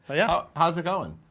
ah yeah how's it going?